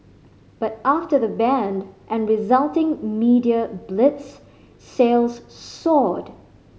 but after the ban and resulting media blitz sales soared